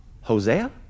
Hosea